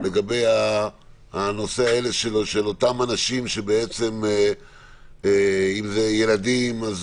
לגבי אותם אנשים אם זה ילדים אז